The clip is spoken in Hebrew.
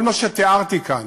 כל מה שתיארתי כאן